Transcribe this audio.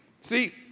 See